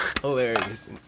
hilarious